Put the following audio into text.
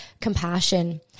compassion